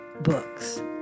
books